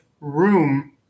room